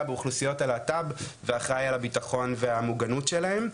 באוכלוסיות הלהט"ב ואחראי על הבטחון והמוגנות שלהם.